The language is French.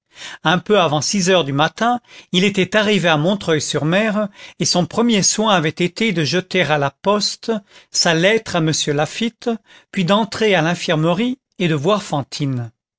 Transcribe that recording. un peu avant six heures du matin il était arrivé à montreuil sur mer et son premier soin avait été de jeter à la poste sa lettre à m laffitte puis d'entrer à l'infirmerie et de voir fantine